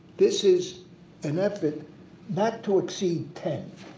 this is an effort not to exceed ten